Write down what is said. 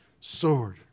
sword